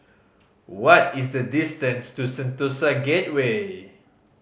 what is the distance to Sentosa Gateway